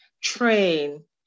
train